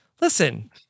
listen